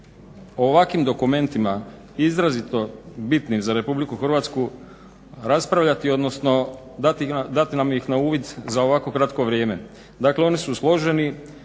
o ovakvim dokumentima izrazito bitnim za RH raspraviti odnosno dati nam ih na uvid za ovako kratko vrijeme. Dakle oni su složeni,